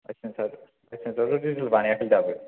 licence आथ' renewal बानायाखैलै दाबो